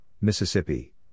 Mississippi